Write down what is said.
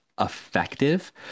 effective